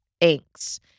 Thanks